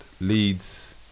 Leeds